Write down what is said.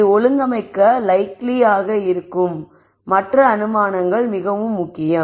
இது ஒழுங்கமைக்க லைக்லி ஆக இருக்கும் மற்றும் அனுமானங்கள் மிகவும் முக்கியம்